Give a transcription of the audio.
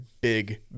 big